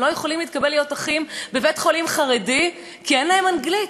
הם לא יכולים להתקבל להיות אחים בבית-חולים חרדי כי אין להם אנגלית.